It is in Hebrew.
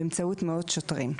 באמצעות מאות שוטרים.